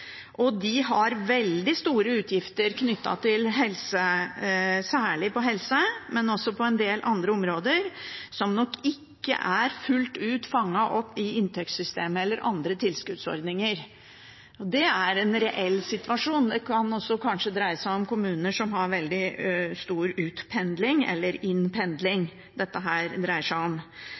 De har veldig store utgifter særlig på helsefeltet, men også en del andre områder, som nok ikke er fullt ut fanget opp i inntektssystemet eller andre tilskuddsordninger. Det er en reell situasjon. Det kan kanskje også dreie seg om kommuner som har veldig stor utpendling eller innpendling. Jeg tror ikke dobbel bostedsregistrering vil løse dette,